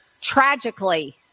tragically